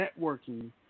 networking